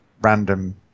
random